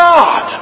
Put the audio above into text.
God